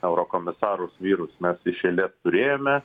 eurokomisarus vyrus mes iš eilės turėjome